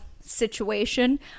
situation